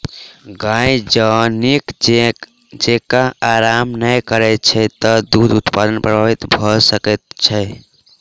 गाय जँ नीक जेँका आराम नै करैत छै त दूध उत्पादन प्रभावित भ सकैत छै